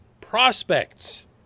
prospects